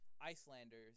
Icelanders